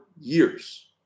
years